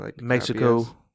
Mexico